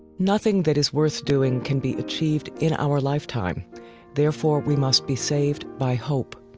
nothing that is worth doing can be achieved in our lifetime therefore, we must be saved by hope.